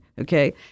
Okay